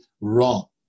wrong